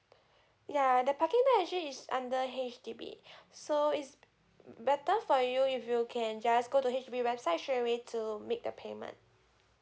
yeah the parking there actually is under H_D_B so is better for you if you can just go to H_D_B website should you want to make the payment